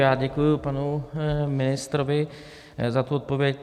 Já děkuji panu ministrovi za tu odpověď.